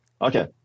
Okay